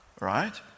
Right